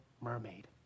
mermaid